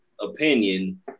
opinion